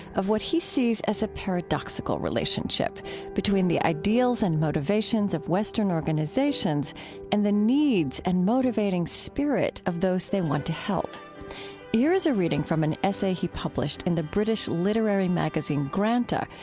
of what he sees as a paradoxical relationship between the ideals and motivations of western organizations and the needs and motivating spirit of those they want to help here is a reading from an essay he published in the british literary magazine granta,